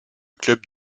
club